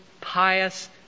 pious